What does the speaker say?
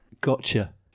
Gotcha